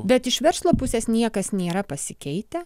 bet iš verslo pusės niekas nėra pasikeitę